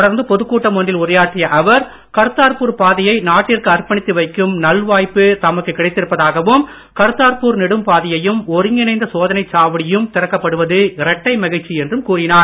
தொடர்ந்து பொதுக்கூட்டம் ஒன்றில் உரையாற்றிய அவர் கர்த்தார்பூர் பாதையை நாட்டிற்கு அர்ப்பணித்து வைக்கும் நல்வாய்ப்பு தமக்கு கிடைத்திருப்பதாகவும் கர்த்தார்பூர் நெடும்பாதையும் ஒருங்கிணைந்த சோதனைச் சாவடியும் திறக்கப்படுவது இரட்டை மகிழ்ச்சி என்றும் கூறினார்